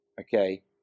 okay